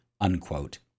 unquote